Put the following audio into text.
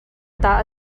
dah